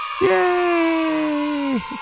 Yay